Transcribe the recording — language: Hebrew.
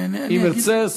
אם תרצה,